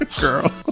girl